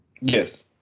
yes